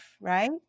right